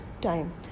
time